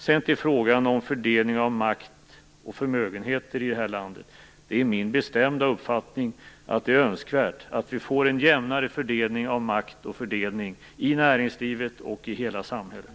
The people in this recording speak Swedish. Sedan till frågan om fördelning av makt och förmögenheter i det här landet. Det är min bestämda uppfattning att det är önskvärt att vi får en jämnare fördelning av makt och förmögenheter i näringslivet och i hela samhället.